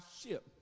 ship